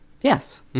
Yes